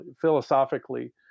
philosophically